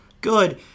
good